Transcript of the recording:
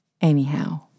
Anyhow